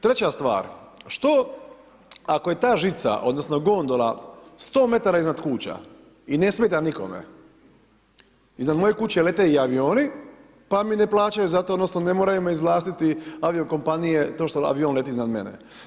Treća stvar, što ako je ta žica, odnosno, gondola 100 metara iznad kuća i ne smeta nikome, iza moje kuće lete i avioni pa mi ne plaćaju za to odnosno, ne moraju me izvlastiti aviokompanije, to što avion leti iznad mene.